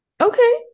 Okay